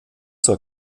zur